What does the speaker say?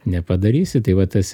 nepadarysi tai va tas